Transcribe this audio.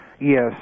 Yes